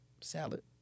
Salad